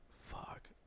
Fuck